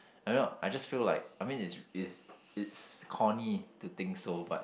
I know I just feel like I mean it's is it's corny to think so but